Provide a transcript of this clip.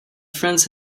friends